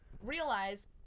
realize